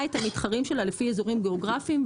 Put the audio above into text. את המתחרים שלה לפי אזורים גיאוגרפיים,